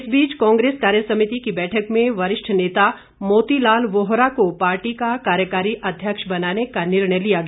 इस बीच कांग्रेस कार्यसमिति की बैठक में वरिष्ठ नेता मोती लाल वोहरा को पार्टी का कार्यकारी अध्यक्ष बनाने का निर्णय लिया गया